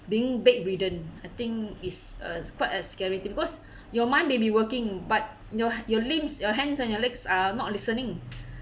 being bedridden I think it's a quite as scary to me because your mind may be working but your your limbs your hands on your legs are not listening